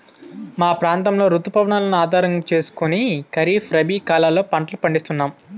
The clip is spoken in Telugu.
మా ప్రాంతంలో రుతు పవనాలను ఆధారం చేసుకుని ఖరీఫ్, రబీ కాలాల్లో పంటలు పండిస్తున్నాము